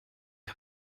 der